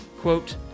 quote